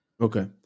Okay